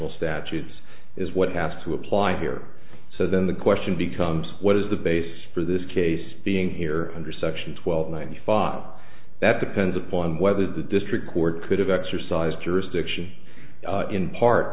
l statutes is what has to apply here so then the question becomes what is the basis for this case being here under section twelve ninety five that depends upon whether the district court could have exercised jurisdiction in part